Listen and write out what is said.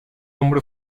hombre